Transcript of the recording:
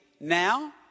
now